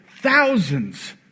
thousands